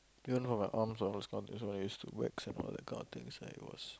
you want to know my arms are when I used to wax and all that kinds of things right it was